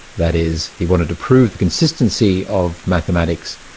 that is, he wanted to prove consistency of mathematics,